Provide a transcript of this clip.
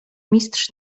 mistrz